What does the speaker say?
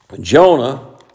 Jonah